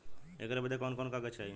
ऐकर बदे कवन कवन कागज चाही?